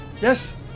Yes